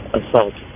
assault